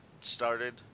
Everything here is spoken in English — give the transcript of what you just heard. started